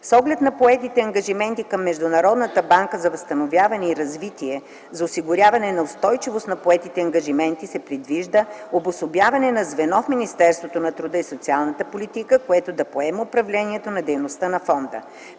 С оглед на поетите ангажименти към Международната банка за възстановяване и развитие за осигуряване на устойчивост на поетите ангажименти се предвижда обособяване на звено в Министерството на труда и социалната политика, което да поеме управлението на дейностите на фонда.